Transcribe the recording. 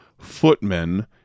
footmen